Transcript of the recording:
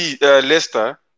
Leicester